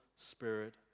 spirit